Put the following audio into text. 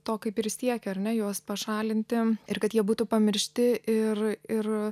to kaip ir siekia ar ne juos pašalinti ir kad jie būtų pamiršti ir ir